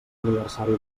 aniversari